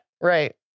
Right